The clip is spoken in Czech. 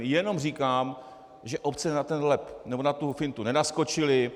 Jenom říkám, že obce na ten lep, nebo na tu fintu nenaskočily.